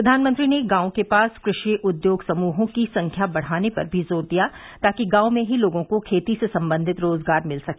प्रधानमंत्री ने गाँव के पास क षि उद्योग समूहों की संख्या बढ़ाने पर भी जोर दिया ताकि गाँव में ही लोगों को खेती से संबंधित रोजगार मिल सके